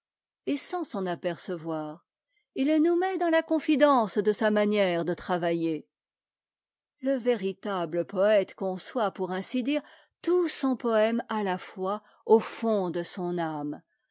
et sans s'en apercevoir il nous met dans la confidence de sa manière de travailler le véritable poëte conçoit pour ainsi dire tout son poème à la fois au fond de son âme